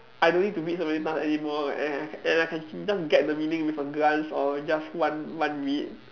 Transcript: I don't need to read so many times anymore and I and I and I can just get the meaning with a glance or just one one read